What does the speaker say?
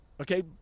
Okay